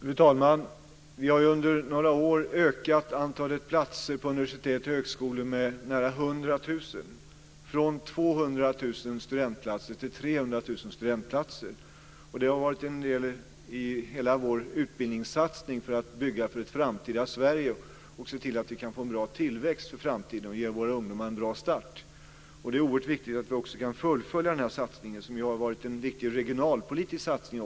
Fru talman! Vi har under några år ökat antalet platser vid universitet och högskolor med nära 100 000 från 200 000 studentplatser till 300 000 studentplatser. Det har varit en del i hela vår utbildningssatsning för att bygga för ett framtida Sverige, se till att vi kan få en bra tillväxt för framtiden och ge våra ungdomar en bra start. Det är oerhört viktigt att vi också kan fullfölja den satsningen som också har varit en viktig regionalpolitisk satsning.